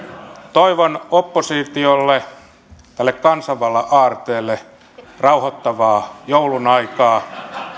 toivon oppositiolle tälle kansanvallan aarteelle rauhoittavaa joulun aikaa